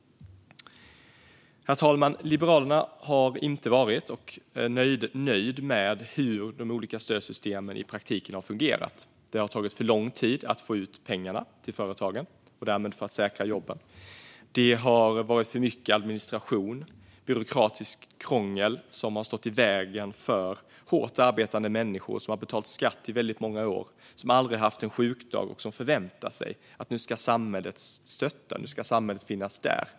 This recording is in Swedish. Herr talman! Liberalerna har inte varit nöjda med hur de olika stödsystemen har fungerat i praktiken. Det har tagit för lång tid att få ut pengarna till företagen för att säkra jobben. Det har varit för mycket administration och byråkratiskt krångel som har stått i vägen för hårt arbetande människor som har betalat skatt i många år, som aldrig har haft en sjukdag och som förväntar sig att samhället nu ska stötta dem och finnas där.